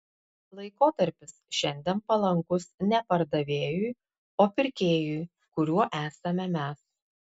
laikotarpis šiandien palankus ne pardavėjui o pirkėjui kuriuo esame mes